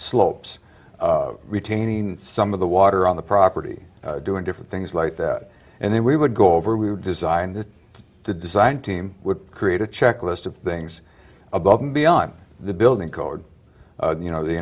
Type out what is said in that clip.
slopes retaining some of the water on the property doing different things like that and then we would go over we were designed to design team would create a checklist of things above and beyond the building code you know the